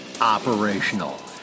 operational